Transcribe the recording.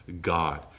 God